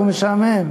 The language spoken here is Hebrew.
והוא משעמם.